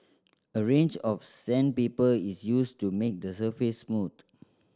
a range of sandpaper is used to make the surface smooth